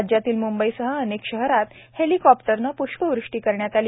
राज्यातील म्ंबईसह अनेक शहरात हेलिकोप्टर ने प्ष्पवृष्टी करण्यात आली